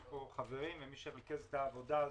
יש פה נציגים שלו, ומי שריכז את העבודה הזאת,